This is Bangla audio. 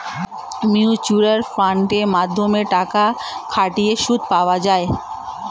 মিউচুয়াল ফান্ডের মাধ্যমে টাকা খাটিয়ে সুদ পাওয়া যায়